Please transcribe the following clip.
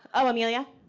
oh, amelia.